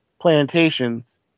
plantations